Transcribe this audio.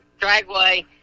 Dragway